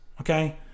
Okay